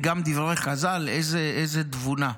וגם דברי חז"ל, איזו תבונה: